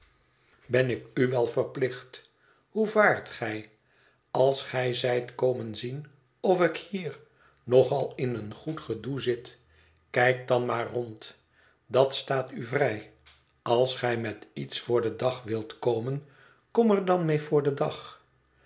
ben ik u wel verplicht hoe vaart gij als gij zijt komen zien of ik hier nog al in een goed gedoe zit kijk dan maar rond dat staat u vrij als gij met iets voor den dag wilt komen kom er dan mee voor den dag